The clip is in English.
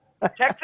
Texas